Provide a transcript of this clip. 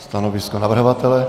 Stanovisko navrhovatele?